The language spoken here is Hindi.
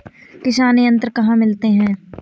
किसान यंत्र कहाँ मिलते हैं?